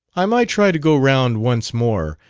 i might try to go round once more,